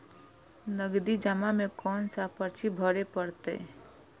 नगदी जमा में कोन सा पर्ची भरे परतें?